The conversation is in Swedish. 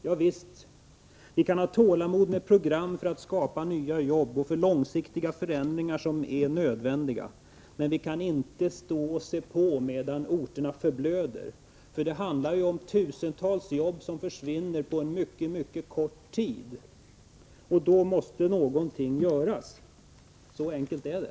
Ja visst, vi kan ha tålamod med program för att skapa nya jobb och för långsiktiga förändringar som är nödvändiga, men vi kan inte stå och se på medan orterna förblöder. Det handlar ju om tusentals jobb som försvinner på mycket kort tid, och då måste någonting göras. Så enkelt är det.